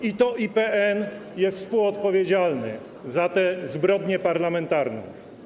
I to IPN jest współodpowiedzialny za tę zbrodnię parlamentarną.